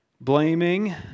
Blaming